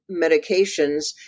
medications